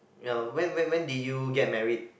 ya when when when did you get married